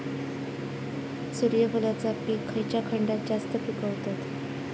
सूर्यफूलाचा पीक खयच्या खंडात जास्त पिकवतत?